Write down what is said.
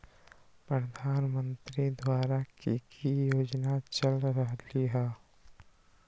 प्रधानमंत्री द्वारा की की योजना चल रहलई ह?